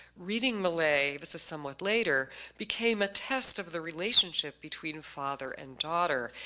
reading millay, this is somewhat later, became a test of the relationship between father and daughter.